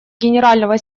генерального